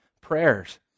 prayers